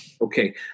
Okay